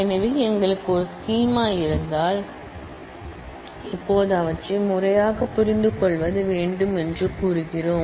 எனவே எங்களுக்கு ஒரு ஸ்கீமா இருந்தால் இப்போது அவற்றை முறையாகப் புரிந்துகொள்வது வேண்டும் என்று கூறுகிறோம்